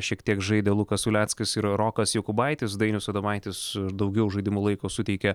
šiek tiek žaidė lukas uleckas ir rokas jokubaitis dainius adomaitis daugiau žaidimo laiko suteikė